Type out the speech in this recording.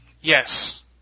Yes